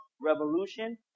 revolution